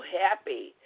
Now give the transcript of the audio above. happy